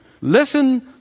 Listen